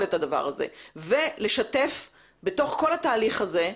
את הדבר הזה ולשתף בתוך כל התהליך הזה,